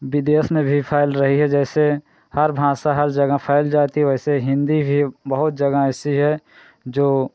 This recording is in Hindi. विदेश में भी फैल रही है जैसे हर भाषा हर जगह फैल जाती है वैसे हिन्दी भी बहुत जगह ऐसी है जो